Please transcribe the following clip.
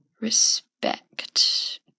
Respect